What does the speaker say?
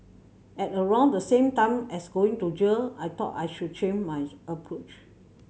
at around the same time as going to jail I thought I should change my approach